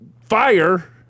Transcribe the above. fire